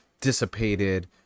dissipated